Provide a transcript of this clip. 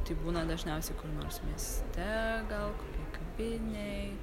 tai būna dažniausiai kur nors mieste gal kokioj kavinėj